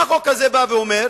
מה החוק הזה בא ואומר?